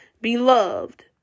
beloved